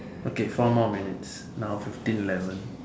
okay four more minutes now fifteen eleven